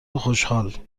خوشحال